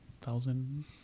thousand